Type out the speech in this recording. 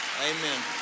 amen